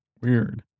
weird